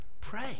pray